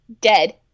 Dead